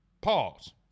Pause